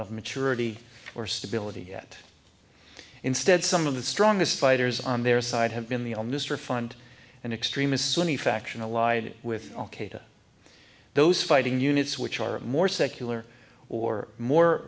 of maturity or stability yet instead some of the strongest fighters on their side have been the illness or find an extremist sunni faction allied with al qaeda those fighting units which are more secular or more